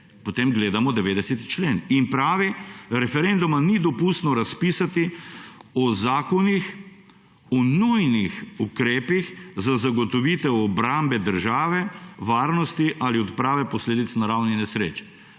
potem gledamo 90. člen, ki pravi, da referenduma ni dopustno razpisati o zakonih o nujnih ukrepih za zagotovitev obrambe države, varnosti ali odprave posledic naravnih nesreč.